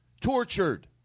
tortured